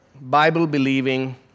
Bible-believing